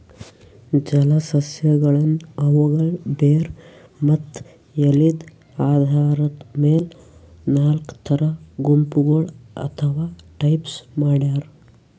ಜಲಸಸ್ಯಗಳನ್ನ್ ಅವುಗಳ್ ಬೇರ್ ಮತ್ತ್ ಎಲಿದ್ ಆಧಾರದ್ ಮೆಲ್ ನಾಲ್ಕ್ ಥರಾ ಗುಂಪಗೋಳ್ ಅಥವಾ ಟೈಪ್ಸ್ ಮಾಡ್ಯಾರ